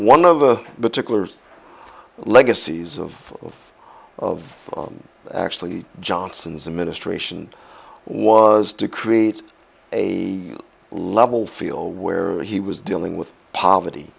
one of the but ticklers legacies of of actually johnson's administration was to create a level field where he was dealing with poverty